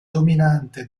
dominante